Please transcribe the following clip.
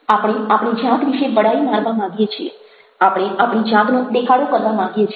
આપણે આપણી જાત વિશે બડાઈ મારવા માંગીએ છીએ આપણે આપણી જાતનો દેખાડો કરવા માંગીએ છીએ